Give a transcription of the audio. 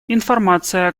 информация